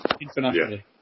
internationally